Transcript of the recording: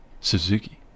Suzuki